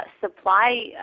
supply